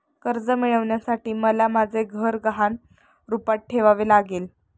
कर्ज मिळवण्यासाठी मला माझे घर गहाण रूपात ठेवावे लागले